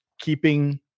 keeping